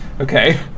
okay